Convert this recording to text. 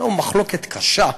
יש לנו מחלוקת קשה,